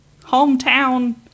hometown